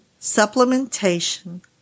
supplementation